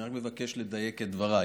אני רק מבקש לדייק את דבריי,